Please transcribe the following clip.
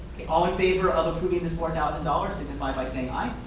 all in favor of approving this four thousand dollars signify by saying aye.